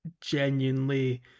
genuinely